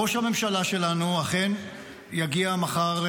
ראש הממשלה שלנו אכן יגיע מחר,